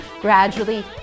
gradually